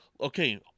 okay